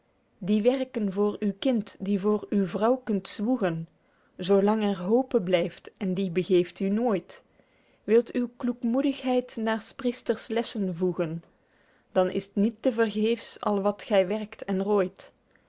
die werken voor uw kind die voor uw vrouw kunt zwoegen zoo lang er hope blyft en die begeeft u nooit wilt uw kloekmoedigheid naer s priesters lessen voegen dan is t niet te vergeefs al wat gy werkt en rooit